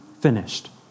finished